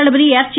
தளபதி ஏர்சீ